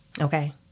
Okay